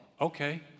okay